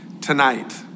tonight